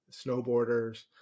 snowboarders